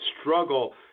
struggle